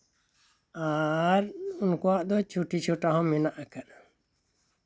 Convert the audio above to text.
ᱟᱨ ᱩᱱᱠᱩᱣᱟᱜ ᱫᱚ ᱪᱷᱩᱴᱤ ᱪᱷᱚᱴᱟᱦᱚᱸ ᱢᱮᱱᱟᱜ ᱟᱠᱟᱫᱟ